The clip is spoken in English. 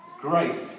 Grace